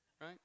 right